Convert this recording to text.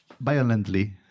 Violently